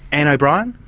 anne o'brien?